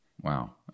wow